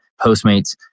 Postmates